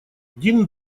дин